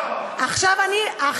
עכשיו אני.